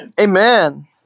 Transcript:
Amen